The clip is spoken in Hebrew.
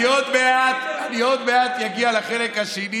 אני עוד מעט אגיע לחלק השני